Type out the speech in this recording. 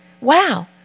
Wow